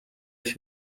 yari